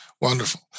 Wonderful